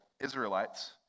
Israelites